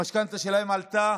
המשכנתה שלהם עלתה